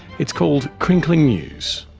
it's called crinkling news.